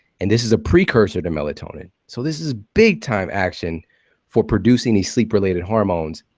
and this is a precursor to melatonin. so this is big time action for producing these sleep related hormones.